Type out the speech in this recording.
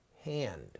hand